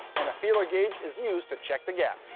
and a feeler gauge is used to check the gap.